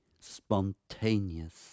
spontaneous